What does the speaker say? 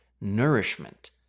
nourishment